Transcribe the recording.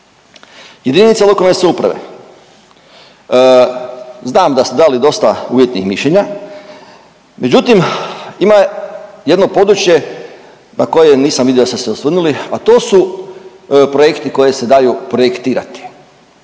Jedinica lokalne samouprave, znam da ste dali dosta uvjetnih mišljenja, međutim ima jedno područje na koje nisam vidio da ste se osvrnuli, a to su projekti koji se daju projektirati.